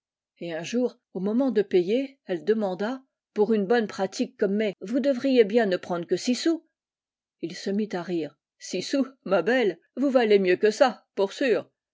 et un jour au moment de payer elle demanda pour une bonne pratique comme mé vous devriez bien ne prendre que six sous ii se mit à rire six sous ma belle vous valez mieux que ça pour sûr